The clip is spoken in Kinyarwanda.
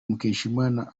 mukeshimana